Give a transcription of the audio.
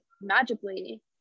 magically